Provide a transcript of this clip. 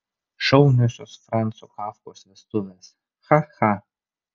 šauniosios franco kafkos vestuvės cha cha